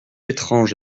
étranges